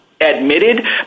Admitted